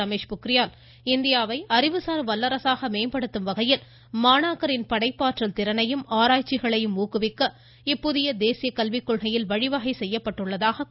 ரமேஷ் பொக்கிரியால் அறிவுசார் வல்லரசாக மேம்படுத்தும் இந்தியாவை வகையில் மாணாக்கரின் படைப்பாற்றல் திறனையும் ஆராய்ச்சிகளையும் ஊக்குவிக்க இப்புதிய தேசிய கல்விக் கொள்கையில் வழிவகை செய்யப்பட்டுள்ளதாக கூறினார்